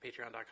patreon.com